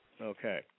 Okay